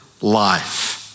life